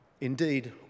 Indeed